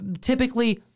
typically